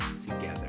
together